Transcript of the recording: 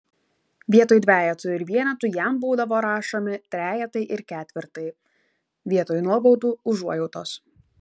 vietoj dvejetų ir vienetų jam būdavo rašomi trejetai ir ketvirtai vietoj nuobaudų užuojautos